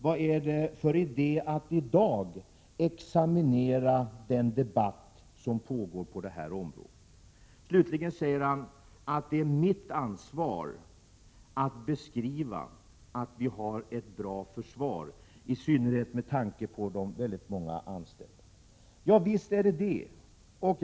Vad är det då för idé att i dag examinera den debatt som pågår på detta område? Slutligen säger han att det är mitt ansvar att vi har ett bra försvar, i synnerhet med tanke på de väldigt många anställda. Visst är det så.